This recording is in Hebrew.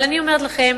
אבל אני אומרת לכם: